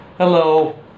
Hello